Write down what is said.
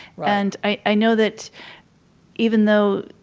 and i know that even though